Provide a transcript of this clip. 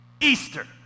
Easter